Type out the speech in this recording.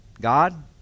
God